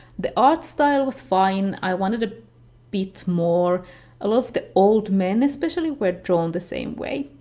the art style was fine, i wanted a bit more. a lot of the old men especially were drawn the same way.